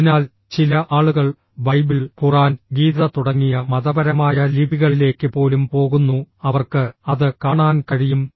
അതിനാൽ ചില ആളുകൾ ബൈബിൾ ഖുറാൻ ഗീത തുടങ്ങിയ മതപരമായ ലിപികളിലേക്ക് പോലും പോകുന്നു അവർക്ക് അത് കാണാൻ കഴിയും